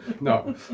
No